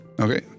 Okay